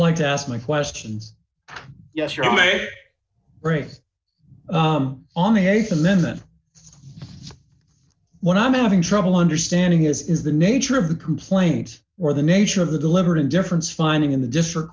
going to ask my questions yes you're right on the th amendment when i'm having trouble understanding is is the nature of the complaint or the nature of the deliberate indifference finding in the district